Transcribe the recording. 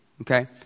okay